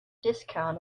discount